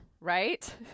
right